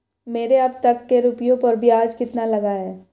मेरे अब तक के रुपयों पर ब्याज कितना लगा है?